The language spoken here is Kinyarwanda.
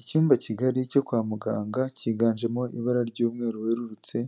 Icyumba kigari cyo kwa muganga cyiganjemo ibara ry'umweru werurutse,